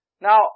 Now